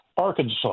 Arkansas